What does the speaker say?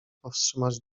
powstrzymać